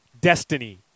destiny